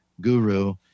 guru